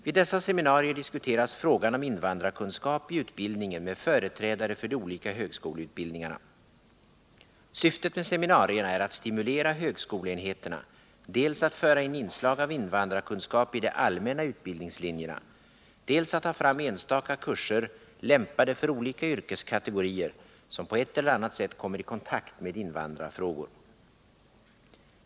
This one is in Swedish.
Vid dessa seminarier diskuteras frågan om invandrarkunskap i utbildningen med företrädare för de olika högskoleutbildningarna. Syftet med seminarierna är att stimulera högskoleenheterna dels att föra in inslag av invandrarkunskap i de allmänna utbildningslinjerna, dels att ta fram enstaka kurser lämpade för olika yrkeskategorier som på ett eller annat sätt kommer i kontakt med invandrarfrågor.